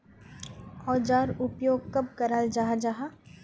औजार उपयोग कब कराल जाहा जाहा?